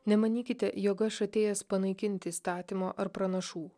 nemanykite jog aš atėjęs panaikinti įstatymo ar pranašų